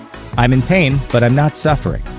i'm in pain, but i'm not suffering.